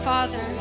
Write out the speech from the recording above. Father